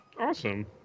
Awesome